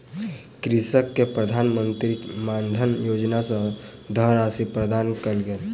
कृषक के प्रधान मंत्री किसान मानधन योजना सॅ धनराशि प्रदान कयल गेल